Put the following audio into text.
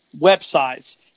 websites